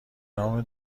نام